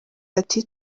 ati